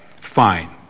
fine